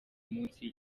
munsi